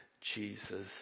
Jesus